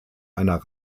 einer